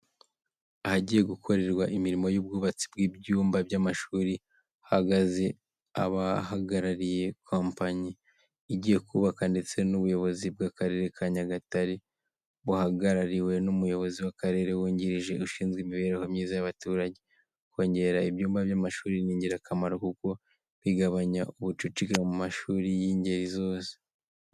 Ahagiye gukorerwa imirimo y'ubwubatsi bw'ibyumba by'amashuri, hahagaze abahagarariye kompanyi igihe kubaka ndetse n'ubuyobozi bw'akarere ka Nyagatare, buhagarariwe n'umuyobozi w'akarere wungirije ushinzwe imibereho myiza y'abaturage. Kongera ibyumba by'amashuri ni ingirakamaro kuko bigabanya ubucucike mu mashuri y'ingeri zose.